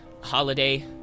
Holiday